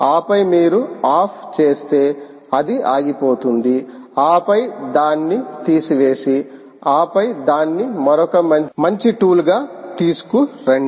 ఆపై మీరు ఆఫ్ చేస్తే అది ఆగిపోతుంది ఆపై దాన్ని తీసివేసి ఆపై దాన్ని మరొక మంచి టూల్ గ తీసుకురండి